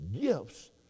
gifts